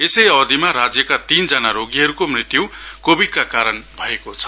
यसै अवधिमा राज्यका तीनजना रोगीहरुको मृत्यु कोविडका कारण भएको छ